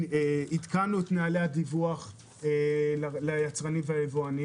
עדכנו את נהלי הדיווח ליצרנים וליבואנים